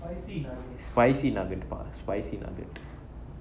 spicy nugget பா:paa spicy nugget